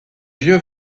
vieux